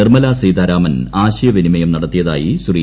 നിർമ്മല സീതാരാമൻ ആശയവിനിമയം നടത്തിയതായി ശ്രീ